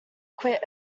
quit